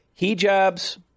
hijabs